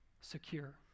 secure